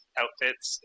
outfits